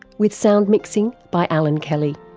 with sound mixing by alan kelly.